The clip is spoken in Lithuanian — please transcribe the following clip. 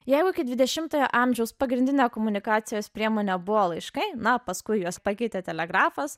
jeigu iki dvidešimtojo amžiaus pagrindinė komunikacijos priemonė buvo laiškai na paskui juos pakeitė telegrafas